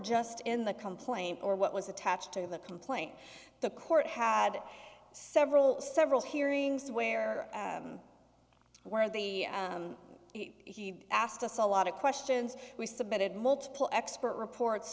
just in the complaint or what was attached to the complaint the court had several several hearings where were the he asked us a lot of questions we submitted multiple expert reports